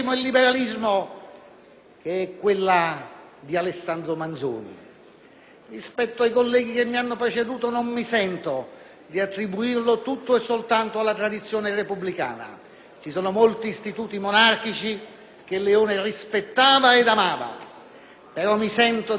anche dello stesso Alessandro Manzoni. Rispetto ai colleghi che mi hanno preceduto non mi sento di attribuirlo tutto e soltanto alla tradizione repubblicana. Vi sono molti istituti monarchici che Leone rispettava ed amava, però mi sento di attribuirgli